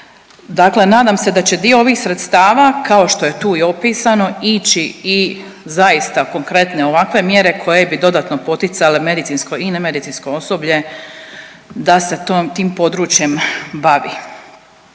Dakle, nadam se da će dio ovih sredstava kao što je tu i opisano ići i zaista konkretne ovakve mjere koje bi dodatno poticale medicinsko i ne medicinsko osoblje da se tim područjem bavi.